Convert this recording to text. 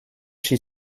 she